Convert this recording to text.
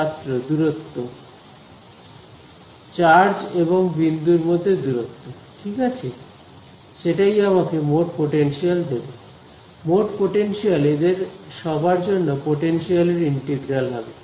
ছাত্র দূরত্ব চার্জ এবং বিন্দুর মধ্যে দূরত্ব ঠিক আছে সেটাই আমাকে মোট পোটেনশিয়াল দেবে মোট পোটেনশিয়াল এদের সবার জন্য পোটেনশিয়াল এর ইন্টিগ্রাল হবে